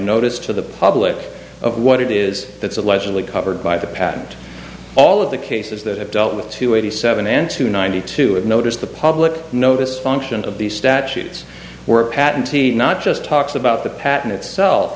notice to the public of what it is that's allegedly covered by the patent all of the cases that have dealt with two eighty seven and two ninety two and notice the public notice function of these statutes were at and t not just talks about the pattern itself